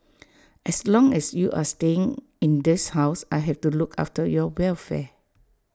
as long as you are staying in this house I have to look after your welfare